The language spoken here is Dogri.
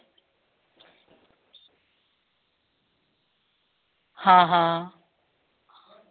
आं हां